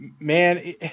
man